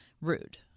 rude